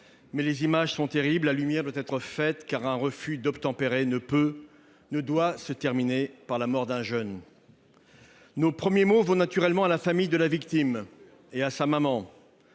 mais les images sont terribles. La lumière doit être faite, car un refus d'obtempérer ne peut pas et ne doit pas se terminer par la mort d'un jeune. Nos premiers mots vont naturellement à la famille de la victime et à sa maman.